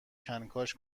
کنکاش